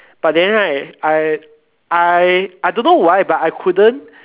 but then right I I I don't know why but I couldn't